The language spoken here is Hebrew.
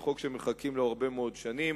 זה חוק שמחכים לו הרבה מאוד שנים.